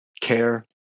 care